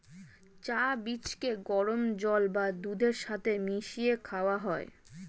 চা বীজকে গরম জল বা দুধের সাথে মিশিয়ে খাওয়া হয়